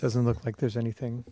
doesn't look like there's anything